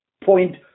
Point